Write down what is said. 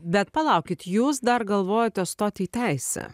bet palaukit jūs dar galvojote stoti į teisę